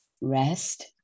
Rest